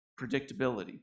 predictability